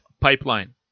pipeline